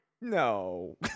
No